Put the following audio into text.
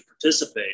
participate